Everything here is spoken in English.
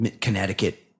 Connecticut